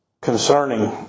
concerning